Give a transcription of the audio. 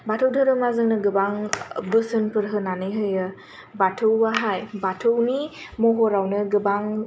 बाथौ धोरोमा जोंनो गोबां बोसोनफोर होनानै होयो बाथौयाहाय बाथौनि महरावनो गोबां